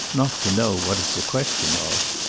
not to know what it's a question of.